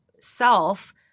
self